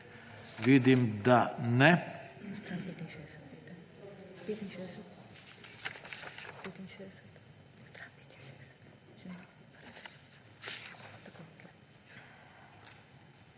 Vidim, da ne.